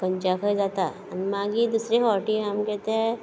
खंयच्या खंय जाता आनी मागीर दुसरे फावटी आमके ते